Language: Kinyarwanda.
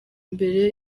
imbere